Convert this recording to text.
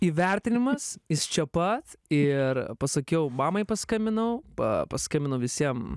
įvertinimas jis čia pat ir pasakiau mamai paskambinau pa paskambinau visiem